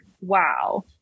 wow